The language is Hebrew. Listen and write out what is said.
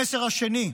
המסר השני,